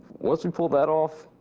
once you pull that off,